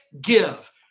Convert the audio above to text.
Give